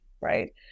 right